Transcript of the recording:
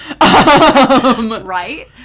Right